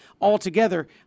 altogether